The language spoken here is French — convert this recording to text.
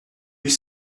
huit